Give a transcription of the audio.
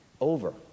over